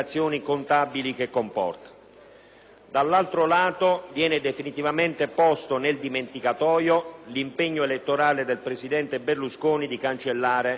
dall'altro lato, viene definitivamente posto nel dimenticatoio l'impegno elettorale del presidente Berlusconi di cancellare le tasse automobilistiche.